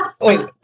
wait